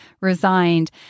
resigned